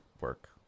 work